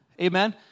Amen